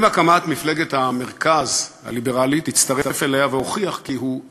עם הקמת מפלגת המרכז הליברלית הצטרף אליה והוכיח כי הוא עקבי: